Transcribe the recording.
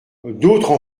d’autres